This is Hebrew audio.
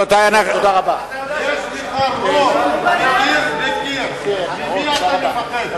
יש לך רוב מקיר לקיר, ממי אתה מפחד?